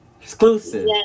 exclusive